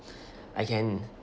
I can